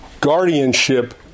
guardianship